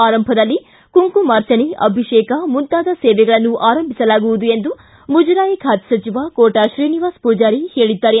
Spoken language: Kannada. ಆರಂಭದಲ್ಲಿ ಕುಂಕುಮಾರ್ಚನೆ ಅಭಿಷೇಕ ಮುಂತಾದ ಸೇವೆಗಳನ್ನು ಆರಂಭಿಸಲಾಗುವುದು ಎಂದು ಮುಜರಾಯಿ ಖಾತೆ ಸಚಿವ ಕೋಟಾ ಶ್ರೀನಿವಾಸ ಪೂಜಾರಿ ಹೇಳಿದ್ದಾರೆ